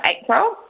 April